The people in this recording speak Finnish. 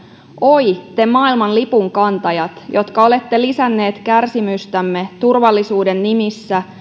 oi te maailman lipunkantajat jotka olette lisänneet kärsimystämme turvallisuuden nimissä